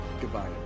Goodbye